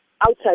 outside